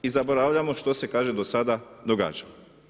I zaboravljamo što se kaže do sada događalo.